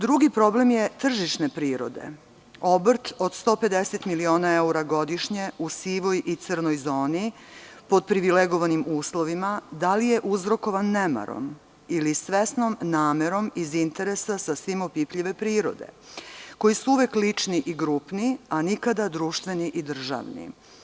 Drugi problem je tržišne prirode – obrt od 150 miliona evra godišnje u sivoj i crnoj zoni, pod privilegovanim uslovima, da li je uzrokovan nemarom ili svesnom namerom iz interesa sasvim opipljive prirode, koji su uvek lični i grupni, a nikada društveni i državni?